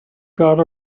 got